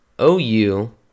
OU